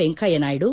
Venkaiah Naidu